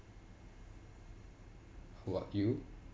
who up you